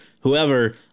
whoever